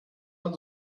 von